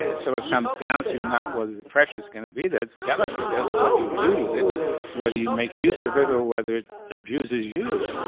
so it comes down to not whether the pressure's going to be that galloping. that's what you do with it whether you make use of it or whether it abuses you.